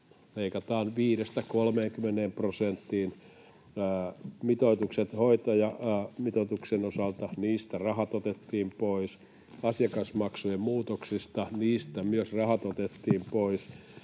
leikataan 5—30 prosenttia, hoitajamitoituksen osalta rahat otettiin pois, myös asiakasmaksujen muutoksista rahat otettiin pois,